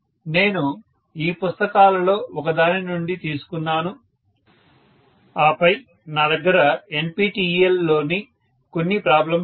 నేను ఈ పుస్తకాలలో ఒక దాని నుండి తీసుకున్నాను ఆపై నా దగ్గర NPTEL లోని కొన్ని ప్రాబ్లమ్స్ ఉన్నాయి